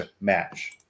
match